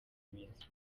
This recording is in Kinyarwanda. mwiza